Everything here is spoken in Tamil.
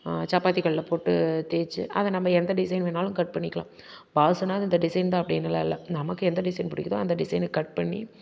சப்பாத்தி கல்லை போட்டு தேய்ச்சி அதை நம்ம எந்த டிசைன் வேணாலும் கட் பண்ணிக்கலாம் பாதுஷான்னா இந்த டிசைன் தான் அப்படின்னுலாம் இல்லை நமக்கு எந்த டிசைன் பிடிக்கிதோ அந்த டிசைனுக்கு கட் பண்ணி